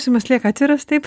simas lieka atviras taip